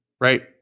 right